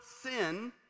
sin